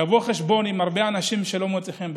לבוא חשבון עם הרבה אנשים שלא מוצא חן בעיניהם.